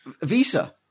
visa